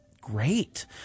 great